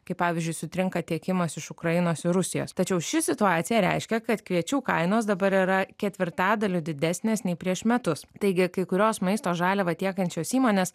kaip pavyzdžiui sutrinka tiekimas iš ukrainos ir rusijos tačiau ši situacija reiškia kad kviečių kainos dabar yra ketvirtadaliu didesnės nei prieš metus taigi kai kurios maisto žaliavą tiekiančios įmonės